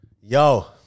yo